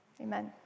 amen